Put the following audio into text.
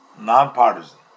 non-partisan